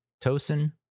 Tosin